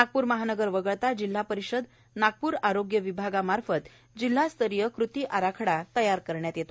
नागपूर महानगर वगळता जिल्हा परिषद नागपूर आरोग्य विभागामार्फत जिल्हास्तरीय कृती आराखडा तयार करण्यात येत आहे